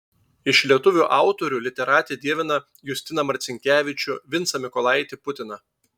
iš lietuvių autorių literatė dievina justiną marcinkevičių vincą mykolaitį putiną